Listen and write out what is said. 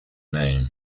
name